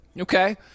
Okay